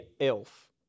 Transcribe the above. elf